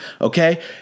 okay